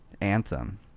Anthem